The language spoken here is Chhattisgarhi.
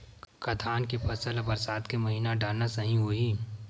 का धान के फसल ल बरसात के महिना डालना सही होही?